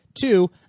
Two